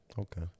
Okay